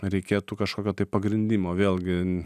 reikėtų kažkokio tai pagrindimo vėlgi